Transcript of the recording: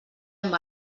amb